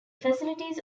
facilities